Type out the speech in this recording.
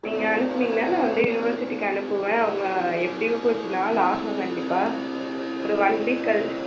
நீங்கள் அனுப்பினீங்கனா நான் வந்து யூனிவர்சிட்டிக்கு அனுப்புவேன் அவங்க எப்படியும் கொஞ்சம் நாள் ஆகும் கண்டிப்பாக ஒரு ஒன் வீக் கழ்